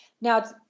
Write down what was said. Now